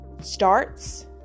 starts